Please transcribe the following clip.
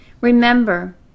Remember